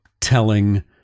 telling